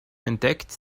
entdeckt